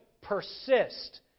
persist